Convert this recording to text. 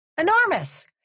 Enormous